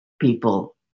people